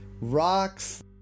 rocks